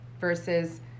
versus